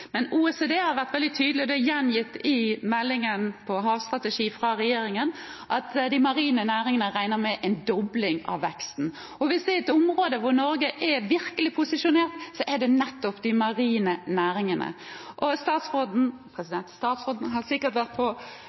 Men OECD har vært veldig tydelige, og det er gjengitt i meldingen om havstrategi fra regjeringen at de marine næringene har regnet med en dobling av veksten. Hvis det er ett område der Norge virkelig er posisjonert, er det nettopp de marine næringene. Statsråden har sikkert vært på